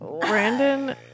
Brandon